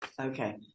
Okay